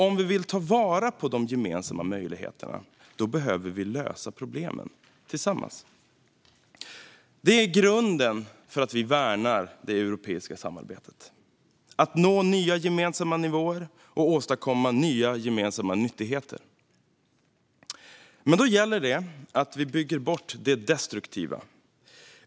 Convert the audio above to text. Om vi vill ta vara på de gemensamma möjligheterna behöver vi lösa problemen tillsammans. Grunden för att vi värnar det europeiska samarbetet är att nå nya gemensamma nivåer och åstadkomma nya gemensamma nyttigheter. Men då gäller det att vi bygger bort det destruktiva.